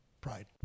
pride